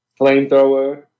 flamethrower